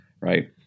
right